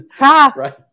Right